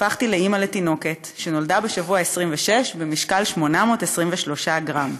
הפכתי לאימא לתינוקת שנולדה בשבוע ה-26 במשקל 823 גרם.